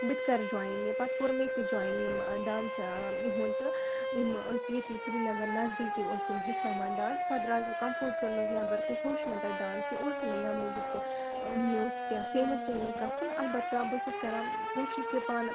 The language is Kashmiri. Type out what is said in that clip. بہٕ تہِ کَرٕ جۄیِن یہِ پَتہٕ کوٚر میٚتہِ جۄیِن یِم ڈانٕس ٲں یِہُنٛد تہٕ یِم ٲسۍ ییٚتی سرینَگَر نَزدیٖکٕے اوٗس یِم ہیٚچھناوان ڈانٕس پَتہٕ دَرایس بہٕ کَمفٲرٹ زوٗن منٛز نیٚبَر تہٕ ہیٚوچھ مےٚ تَتہِ ڈانٕس یہِ اوٗس نہٕ مےٚ ییٚمہِ موٗجوٗب کہِ مےٚ اوٗس کیٚنٛہہ فیمَس ویمَس گَژھُن اَلبَتہ بہٕ ٲسٕس کَران کوٗشِش کہِ پانہٕ